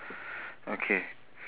okay